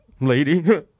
lady